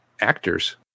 actors